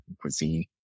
cuisine